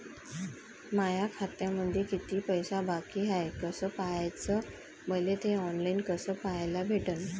माया खात्यामंधी किती पैसा बाकी हाय कस पाह्याच, मले थे ऑनलाईन कस पाह्याले भेटन?